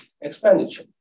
expenditure